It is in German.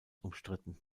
umstritten